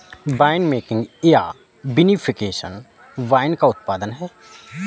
winemaking या vinification wine का उत्पादन है